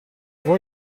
voi